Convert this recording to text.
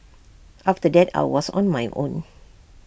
after that I was on my own